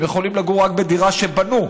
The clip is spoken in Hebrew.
הם יכולים לגור רק בדירה שבנו.